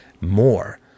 more